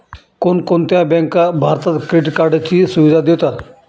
कोणकोणत्या बँका भारतात क्रेडिट कार्डची सुविधा देतात?